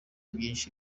byinshi